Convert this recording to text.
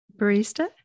barista